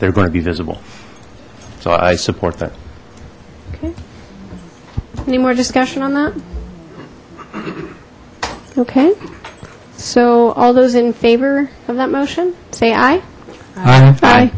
they're going to be visible so i support that any more discussion on that okay so all those in favor of that motion s